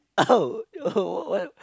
oh oh what what